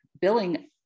billing